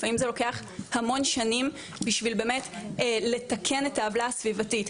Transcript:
לפעמים זה לוקח המון שנים בשביל באמת לתקן את העוולה הסביבתית,